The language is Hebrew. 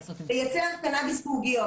לייצר קנאביס לעוגיות.